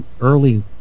early